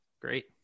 great